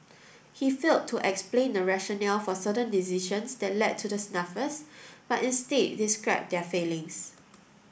he failed to explain the rationale for certain decisions that led to the snafus but instead described their failings